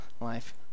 life